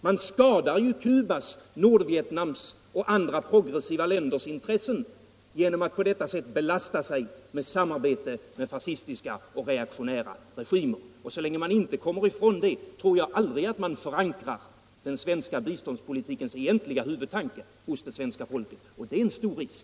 Man skadar ju Cubas, Nordvietnams och andra progressiva länders intressen genom att på detta sätt belasta sig med samarbete med fascistiska och reaktionära regimer. Så länge man inte kommer ifrån det tror jag inte att man förankrar svenska biståndspolitikens egentliga huvudtanke hos det svenska folket — och det är en stor risk.